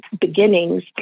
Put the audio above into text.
beginnings